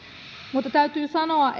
mutta täytyy sanoa